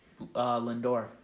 Lindor